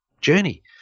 journey